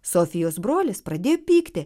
sofijos brolis pradėjo pykti